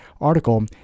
article